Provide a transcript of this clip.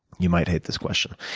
you might hate this question.